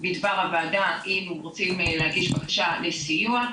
בדבר הוועדה אם הם רוצים להגיש בקשה לסיוע,